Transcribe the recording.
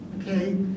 okay